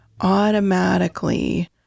Automatically